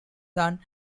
son